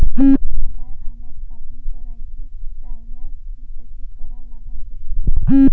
आभाळ आल्यावर कापनी करायची राह्यल्यास ती कशी करा लागन?